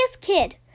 kid